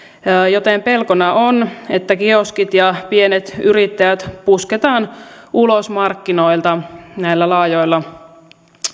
joten pelkona on että kioskit ja pienet yrittäjät pusketaan ulos markkinoilta näillä laajoilla